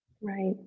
Right